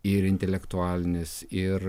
ir intelektualinis ir